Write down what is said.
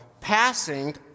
passing